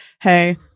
hey